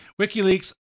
WikiLeaks